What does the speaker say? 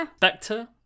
vector